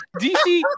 dc